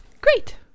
Great